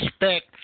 respect